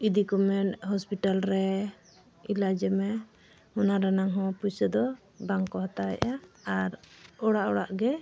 ᱤᱫᱤ ᱠᱚ ᱢᱮᱱᱮᱜᱼᱟ ᱦᱚᱥᱯᱤᱴᱟᱞ ᱨᱮ ᱮᱞᱟᱡᱽᱢᱮ ᱚᱱᱟ ᱨᱮᱱᱟᱜ ᱦᱚᱸ ᱯᱚᱭᱥᱟ ᱫᱚ ᱵᱟᱝᱠᱚ ᱦᱟᱛᱟᱣᱮᱜᱼᱟ ᱟᱨ ᱚᱲᱟᱜ ᱚᱲᱟᱜ ᱜᱮ